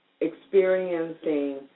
experiencing